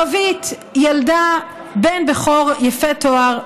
רווית ילדה בן בכור יפה תואר,